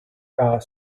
garde